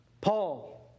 Paul